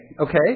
Okay